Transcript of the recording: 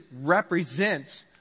represents